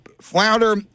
flounder